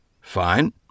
Fine